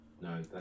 No